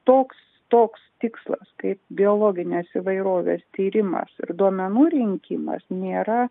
toks toks tikslas kaip biologinės įvairovės tyrimas ir duomenų rinkimas nėra